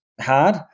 hard